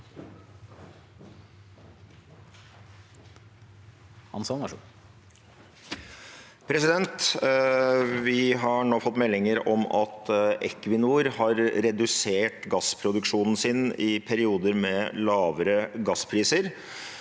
Vi har nå fått meldinger om at Equinor har redusert gassproduksjonen sin i perioder med lavere gasspriser